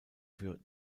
für